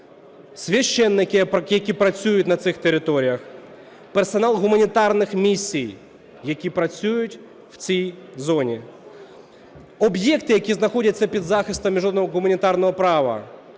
священики, які працюють на цих територіях; персонал гуманітарних місій, який працює в цій зоні. Об'єкти, які знаходяться під захистом міжнародного гуманітарного права,